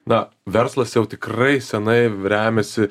na verslas jau tikrai senai remiasi